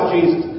Jesus